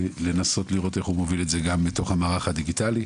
לנסות לראות איך הוא מוביל את זה גם לתוך המערך הדיגיטלי,